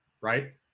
right